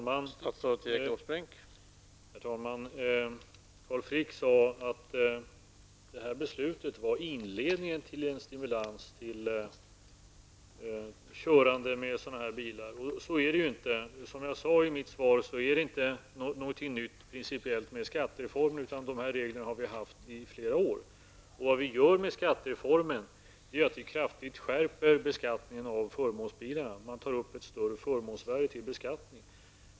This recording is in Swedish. Herr talman! Carl Frick sade att beslutet var inledningen till en stimulans till körande med förmånsbilar. Så är det inte. Som jag sade i mitt svar är det här principiellt inget nytt med anledning av skattereformen, utan dessa regler har vi haft i flera år. Vad vi gör med skattereformen är att vi kraftigt skärper beskattningen av förmånsbilarna, man tar upp ett större förmånsvärde till beskattning.